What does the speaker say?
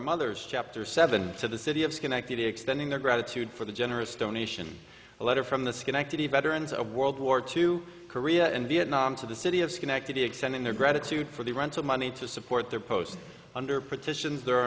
mothers chapter seven to the city of schenectady extending their gratitude for the generous donation letter from the schenectady veterans of world war two korea and vietnam to the city of schenectady extending their gratitude for the rental money to support their post under petitions